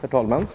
Herr talman!